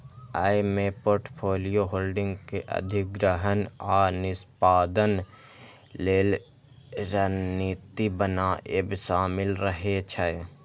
अय मे portfolio holding के अधिग्रहण आ निष्पादन लेल रणनीति बनाएब शामिल रहे छै